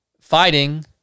fighting